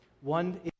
One